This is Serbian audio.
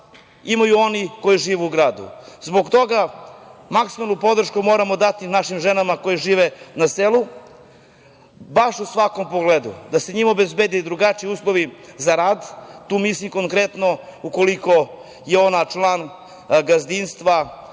imaju one koje žive u gradu. Zbog toga maksimalnu podršku moramo dati našim ženama koje žive na selu, baš u svakom pogledu. Da se njima obezbede drugačiji uslovi za rad, tu mislim konkretno ukoliko je ona član gazdinstva